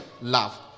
love